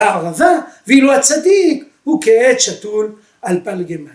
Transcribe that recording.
‫הערבה, ואילו הצדיק, ‫הוא כעץ שתול על פלגי מים.